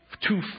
two